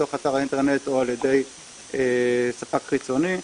בתוך אתר האינטרנט או על ידי ספק חיצוני.